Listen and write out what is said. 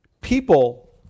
People